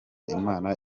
imana